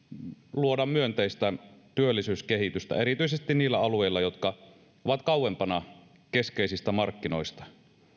luoda myönteistä työllisyyskehitystä erityisesti niillä alueilla jotka ovat kauempana keskeisistä markkinoista